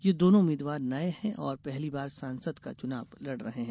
ये दोनों उम्मीदवार नये हैं और पहली बार सांसद का चुनाव लड़ रहे हैं